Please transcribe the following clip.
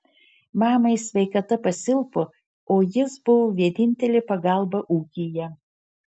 mamai sveikata pasilpo o jis buvo vienintelė pagalba ūkyje